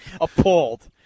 Appalled